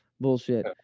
bullshit